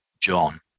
John